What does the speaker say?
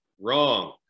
Wrong